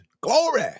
glory